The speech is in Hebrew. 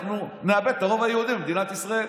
אנחנו נאבד את הרוב היהודי במדינת ישראל.